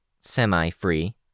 Semi-free